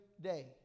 day